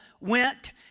went